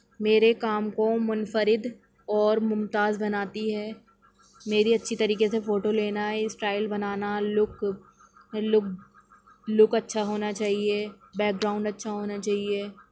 میرے کام کو مُنفرد اور ممتاز بناتی ہے میری اچھی طریقے سے فوٹو لینا اسٹائل بنانا لک لک لک اچھا ہونا چاہیے بیک گراؤنڈ اچھا ہونا چاہیے